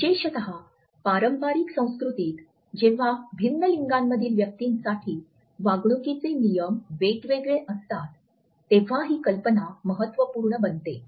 विशेषत पारंपारिक संस्कृतीत जेव्हा भिन्न लिंगांमधील व्यक्तींसाठी वागणुकीचे नियम वेगवेगळे असतात तेव्हा ही कल्पना महत्त्वपूर्ण बनते